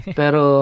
pero